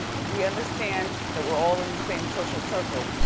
we understand that we're all in the same social circles,